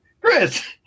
Chris